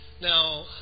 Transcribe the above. Now